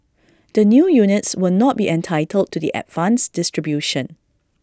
the new units will not be entitled to the advanced distribution